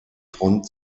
front